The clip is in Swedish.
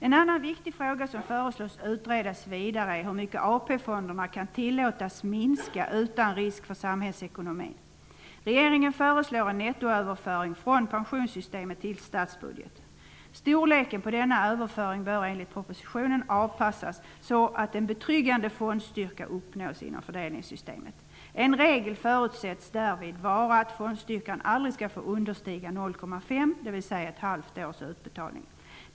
En annan viktig fråga som man föreslår skall utredas vidare är hur mycket AP-fonderna kan tillåtas minska utan risk för att samhällsekonomin påverkas. Regeringen föreslår en nettoöverföring från pensionssystemet till statsbudgeten. Storleken på denna överföring bör enligt propositionen avpassas så att en betryggande fondstyrka uppnås inom fördelningssystemet. En regel förutsätts därvid vara att fondstyrkan aldrig skall tillåtas understiga 0,5 %, dvs. ett halvt års utbetalning.